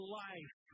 life